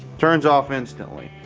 turns off instantly.